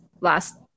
last